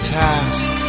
task